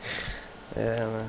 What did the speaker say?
ya man